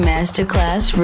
Masterclass